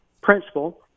principal